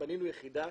בנינו יחידה